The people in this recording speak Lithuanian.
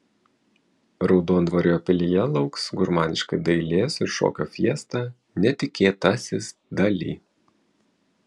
raudondvario pilyje lauks gurmaniška dailės ir šokio fiesta netikėtasis dali